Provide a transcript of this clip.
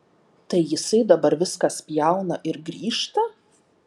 tai jisai dabar viską spjauna ir grįžta